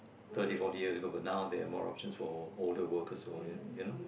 thirty four years ago but now they have more options for older workers for you know